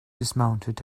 dismounted